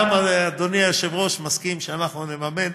גם אדוני היושב-ראש מסכים שאנחנו נממן.